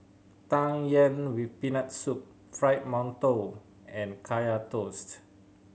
Tang Yuen with Peanut Soup Fried Mantou and Kaya Toast